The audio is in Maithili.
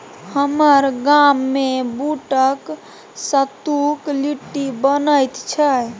हमर गाममे बूटक सत्तुक लिट्टी बनैत छै